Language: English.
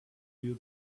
you